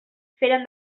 feren